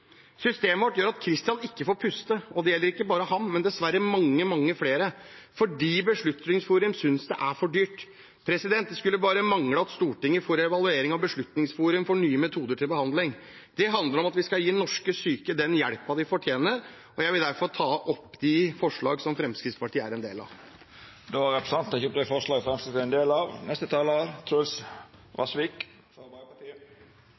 Systemet vårt gjør at Christian ikke får puste. Og det gjelder ikke bare ham, men dessverre mange, mange, flere, fordi Beslutningsforum synes det er for dyrt. Det skulle bare mangle at Stortinget får evalueringen av Beslutningsforum for nye metoder til behandling. Det handler om at vi skal gi norske syke den hjelpen de fortjener. Jeg tar med dette opp de forslag Fremskrittspartiet er en del av. Då har